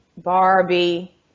barbie